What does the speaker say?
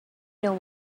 know